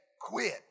quit